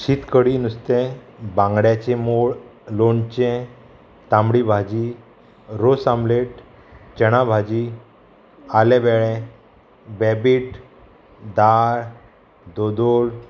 शीत कडी नुस्तें बांगड्याचें मोळ लोणचें तांबडी भाजी रोस आमलेट चणा भाजी आलेबेळे बेबीट दाळ धोदोल